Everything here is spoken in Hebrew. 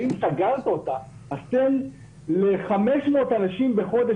ואם סגרת אותה אז תן ל-500 אנשים בחודש,